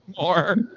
more